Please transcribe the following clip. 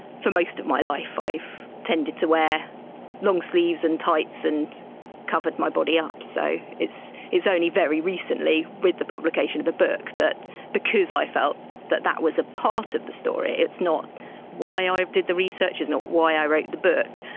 for most of my life i've tended to wear long sleeves and tights and covered my body up, so it's it's only very recently with the publication of the book that because i felt that that was a part of the story, it's not why ah i did the research, it's not why i wrote the book,